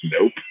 nope